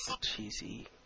Cheesy